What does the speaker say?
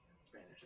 Spanish